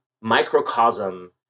microcosm